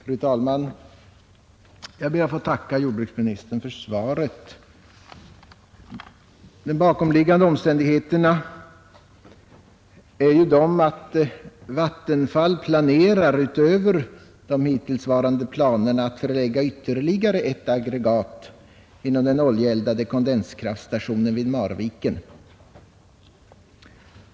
Fru talman! Jag ber att få tacka jordbruksministern för svaret. De bakomliggande omständigheterna är att Vattenfall planerar, utöver de hittillsvarande planerna, att förlägga ytterligare ett aggregat inom den oljeeldade kondenskraftstationen vid Marviken.